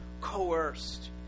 coerced